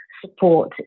support